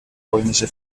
polnische